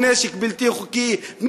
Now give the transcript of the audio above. נשק בלתי חוקי,